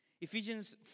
Ephesians